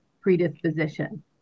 predisposition